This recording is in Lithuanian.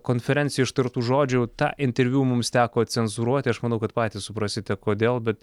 konferencijoj ištartų žodžių tą interviu mums teko cenzūruoti aš manau kad patys suprasite kodėl bet